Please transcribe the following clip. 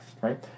right